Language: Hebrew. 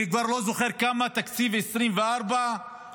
אני כבר לא זוכר כמה פעמים תקציב 2024 נפתח.